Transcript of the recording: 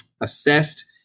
assessed